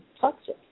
toxic